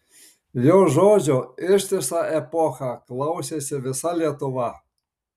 jo žodžio ištisą epochą klausėsi visa lietuva